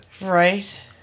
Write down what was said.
Right